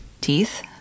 teeth